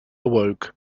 awoke